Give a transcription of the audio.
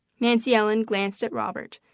nancy ellen glanced at robert,